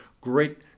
great